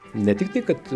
ne tik tai kad